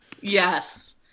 Yes